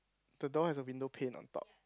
the door has a window paint on top